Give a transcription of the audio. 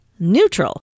Neutral